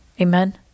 Amen